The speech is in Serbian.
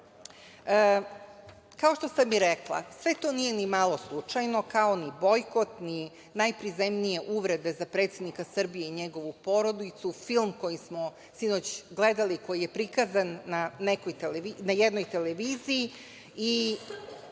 sve. Kao što sam i rekla, sve to nije nimalo slučajno, kao ni bojkot, ni najprizemnije uvrede za predsednika Srbije i njegovu porodicu, film koji smo sinoć gledali, koji je prikazan na jednoj televiziji, i